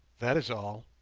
that is all,